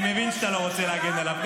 אני מבין שאתה לא רוצה להגן עליו.